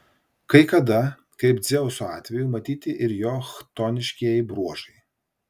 kai kada kaip dzeuso atveju matyti ir jo chtoniškieji bruožai